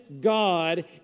God